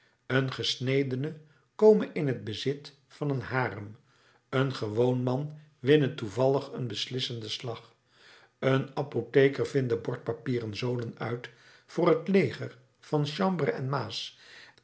een gesnedene kome in t bezit van een harem een gewoon man winne toevallig een beslissenden slag een apotheker vinde bordpapieren zolen uit voor het leger van sambre en maas